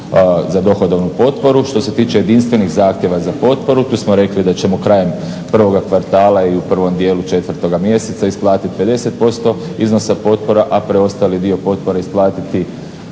za dohodovnu potporu. Što se tiče jedinstvenih zahtjeva za potporu tu smo rekli da ćemo krajem prvoga kvartala ili u prvom dijelu 4.mjeseca isplatiti 50% iznosa potpora, a preostali dio potpora isplatiti